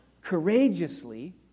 courageously